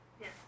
Yes